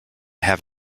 have